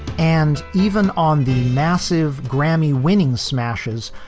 and even on the massive grammy winning smashes,